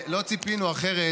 לא ציפינו אחרת,